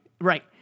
Right